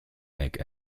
make